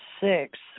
six